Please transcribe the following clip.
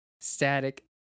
static